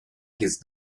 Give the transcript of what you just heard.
his